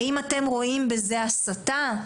האם אתם רואים בזה הסתה,